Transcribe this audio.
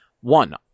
one